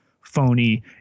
phony